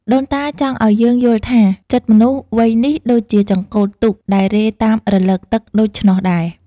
ដូនតាចង់ឱ្យយើងយល់ថា ចិត្តមនុស្សវ័យនេះដូចជាចង្កូតទូកដែលរេតាមរលកទឹកដូច្នោះដែរ។